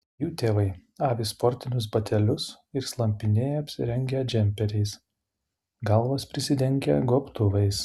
jų tėvai avi sportinius batelius ir slampinėja apsirengę džemperiais galvas prisidengę gobtuvais